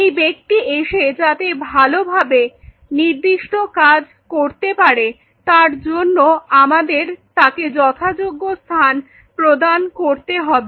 এই ব্যক্তি এসে যাতে ভালোভাবে নির্দিষ্ট কাজ করতে পারে তার জন্য আমাদের তাকে যথাযোগ্য স্থান প্রদান করতে হবে